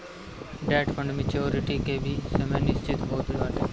debt fund maturity के भी समय निश्चित होत बाटे